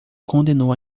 condenou